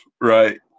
right